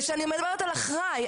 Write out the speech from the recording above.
וכשאני מדברת על אחראי,